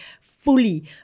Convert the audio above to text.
fully